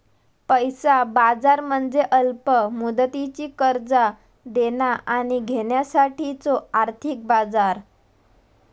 पैसा बाजार म्हणजे अल्प मुदतीची कर्जा देणा आणि घेण्यासाठीचो आर्थिक बाजार